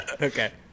Okay